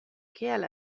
kiel